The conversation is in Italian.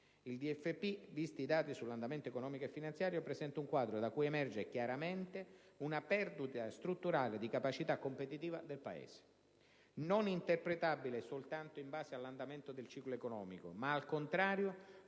la DFP, visti i dati sull'andamento economico e finanziario, presenta un quadro da cui emerge chiaramente una perdita strutturale di capacità competitiva del Paese, non interpretabile soltanto in base all'andamento del ciclo economico ma, al contrario,